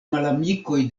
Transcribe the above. malamikoj